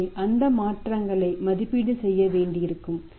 எனவே அந்த மாற்றங்களை மதிப்பீடு செய்ய வேண்டியிருக்கும்